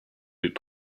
route